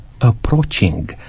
approaching